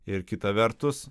ir kita vertus